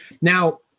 Now